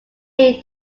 made